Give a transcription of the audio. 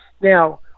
Now